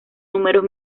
números